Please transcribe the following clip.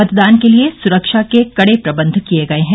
मतदान के लिये सुरक्षा के कड़े प्रबंध किये गये हैं